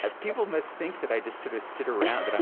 ah people must think that i just sort of sit around, but and